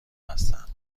هستند